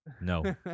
No